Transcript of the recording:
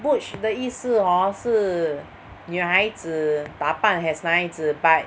butch 的意思 hor 是女孩子打扮 as 男孩子 but